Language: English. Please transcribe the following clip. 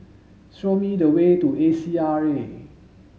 show me the way to A C R A